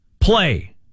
play